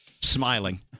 Smiling